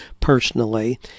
personally